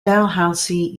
dalhousie